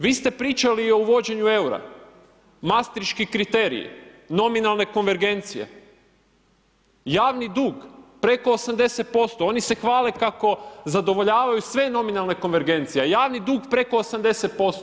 Vi ste pričali o uvođenju eura, mastreški kriterij, nominalne konvergencije, javni dug preko 80%, oni se hvale kako zadovoljavaju sve nominalne konvergencije, a javni dug preko 80%